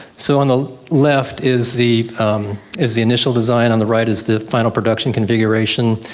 so on the left is the is the initial design, on the right is the final production configuration.